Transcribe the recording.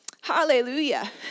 hallelujah